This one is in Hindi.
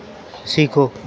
सीखो